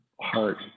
heart